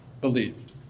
believed